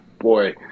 Boy